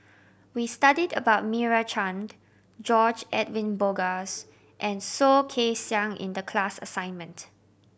we studied about Meira Chand George Edwin Bogaars and Soh Kay Siang in the class assignment